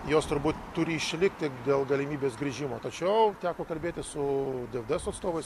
jos turbūt turi išlikti dėl galimybės grįžimo tačiau teko kalbėti su dfds atstovais